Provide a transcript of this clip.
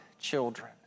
children